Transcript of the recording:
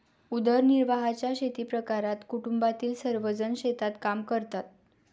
उदरनिर्वाहाच्या शेतीप्रकारात कुटुंबातील सर्वजण शेतात काम करतात